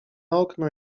okno